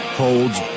holds